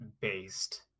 based